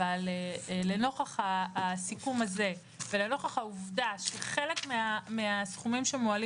אבל נוכח הסיכום הזה ונוכח העובדה שחלק מהסכומים שמועלים